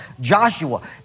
Joshua